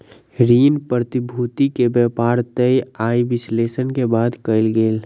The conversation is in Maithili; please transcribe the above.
ऋण प्रतिभूति के व्यापार तय आय विश्लेषण के बाद कयल गेल